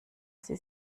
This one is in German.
sie